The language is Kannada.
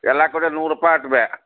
ಎಲ್ಲ ಕಡೆ ನೂರು ರೂಪಾಯಿ ಆತ್ ಬೀ